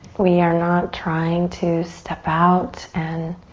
we are not trying to step out and